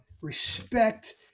respect